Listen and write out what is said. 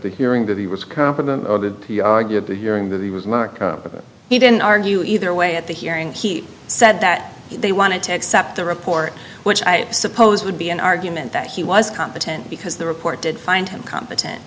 the hearing that he was mark or that he didn't argue either way at the hearing he said that they wanted to accept the report which i suppose would be an argument that he was competent because the report did find him competent